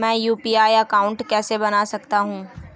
मैं UPI account कैसे बना सकता हूं?